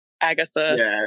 Agatha